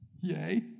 Yay